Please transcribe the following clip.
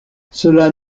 cela